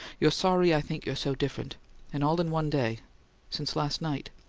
you're sorry i think you're so different and all in one day since last night.